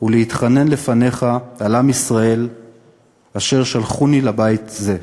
ולהתחנן לפניך על עם ישראל אשר שלחוני לבית זה.